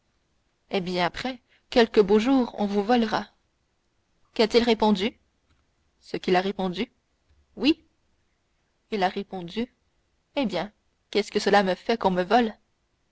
eh bien après quelque beau jour on vous volera qu'a-t-il répondu ce qu'il a répondu oui il a répondu eh bien qu'est-ce que cela me fait qu'on me vole